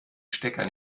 stecker